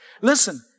Listen